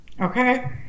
okay